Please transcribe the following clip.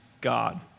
God